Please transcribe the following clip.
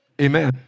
Amen